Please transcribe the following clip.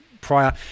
prior